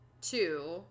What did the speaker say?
two